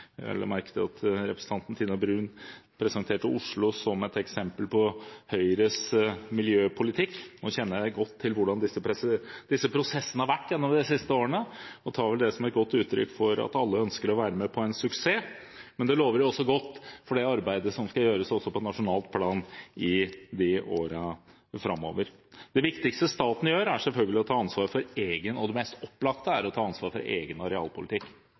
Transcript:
Jeg la merke til at representanten Tina Bru presenterte Oslo som et eksempel på Høyres miljøpolitikk. Jeg kjenner godt til hvordan disse prosessene har vært gjennom de siste årene, og tar det som et uttrykk for at alle ønsker å være med på en suksess. Det lover også godt for det arbeidet som skal gjøres på nasjonalt plan i årene framover. Det mest opplagte og viktigste staten gjør, er selvfølgelig å ta ansvar for egen arealpolitikk. Når man plasserer statlige institusjoner, sykehus og annet, må det